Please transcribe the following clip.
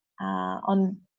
on